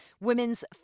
Women's